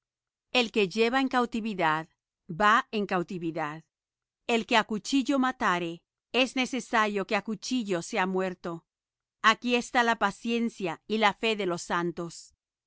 el que lleva en cautividad va en cautividad el que á cuchillo matare es necesario que á cuchillo sea muerto aquí está la paciencia y la fe de los santos